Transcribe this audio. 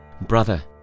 brother